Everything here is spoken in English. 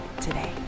today